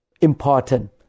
important